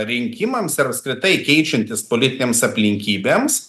rinkimams ir apskritai keičiantis politinėms aplinkybėms